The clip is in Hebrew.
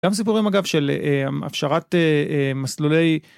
גם סיפורים אגב של הפשרת מסלולי.